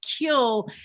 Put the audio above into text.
kill